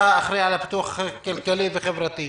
אתה אחראי על הפיתוח הכלכלי והחברתי.